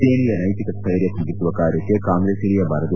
ಸೇನೆಯ ಸೈತಿಕ ಸ್ಟೈರ್ಯ ಕುಗ್ಗಿಸುವ ಕಾರ್ಯಕ್ಕೆ ಕಾಂಗ್ರೆಸ್ ಇಳಿಯಬಾರದು